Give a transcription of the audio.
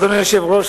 אדוני היושב-ראש,